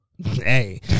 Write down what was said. Hey